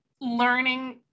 learning